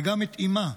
וגם את אימה,